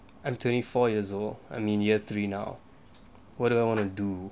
I'm twenty four years old I'm in year three now what do I want to do